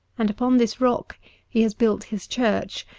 and upon this rock he has built his church,